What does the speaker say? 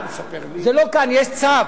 יש צו